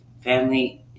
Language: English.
family